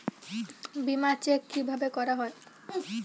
বিমা চেক কিভাবে করা হয়?